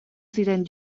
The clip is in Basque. ziren